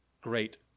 great